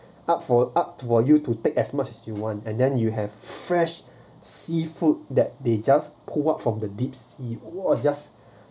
up for up to for you to take as much as you want and then you have fresh seafood that they just pull up from the deep sea !wah! just